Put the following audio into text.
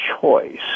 choice